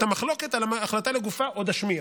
את המחלוקת על ההחלטה לגופה עוד אשמיע,